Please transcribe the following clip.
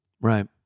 Right